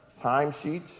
timesheet